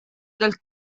del